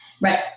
Right